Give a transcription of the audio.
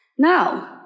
Now